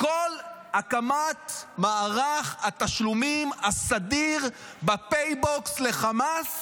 בכל הקמת מערך התשלומים הסדיר בפייבוקס לחמאס